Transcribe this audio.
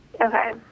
Okay